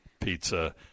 Pizza